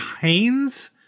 haynes